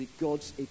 God's